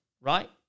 right